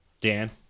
Dan